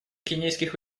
кенийских